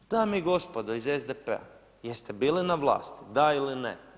Dame i gospodo iz SDP-a jeste bili na vlasti, da li ne?